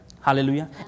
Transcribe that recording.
Hallelujah